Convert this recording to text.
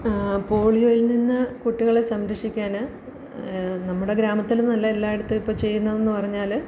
പോളിയോയിൽ നിന്ന് കുട്ടികളെ സംരക്ഷിക്കാന് നമ്മുടെ ഗ്രാമത്തിലൊന്നുമല്ല എല്ലായിടത്തും ഇപ്പോള് ചെയ്യുന്നതെന്ന് പറഞ്ഞാല്